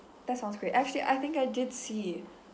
that sounds great actually I think I did see